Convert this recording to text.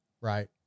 right